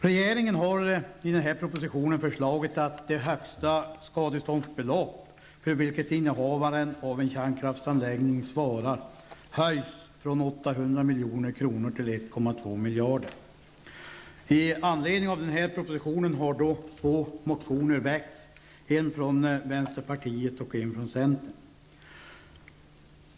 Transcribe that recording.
Regeringen har i propositionen föreslagit att det högsta skadeståndsbelopp för vilket innehavaren av en kärnkraftsanläggning svarar höjs från 800 milj.kr. till 1,2 miljarder kronor. I anledning av propositionen har två motioner väckts, en från vänsterpartiet och en från centern.